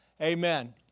Amen